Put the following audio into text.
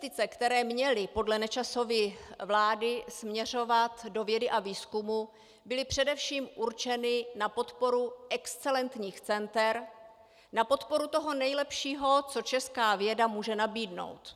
Investice, které měly podle Nečasovy vlády směřovat do vědy a výzkumu, byly především určeny na podporu excelentních center, na podporu toho nejlepšího, co česká věda může nabídnout.